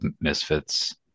Misfits